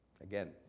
Again